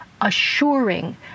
assuring